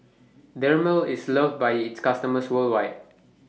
Dermale IS loved By its customers worldwide